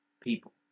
people